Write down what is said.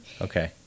Okay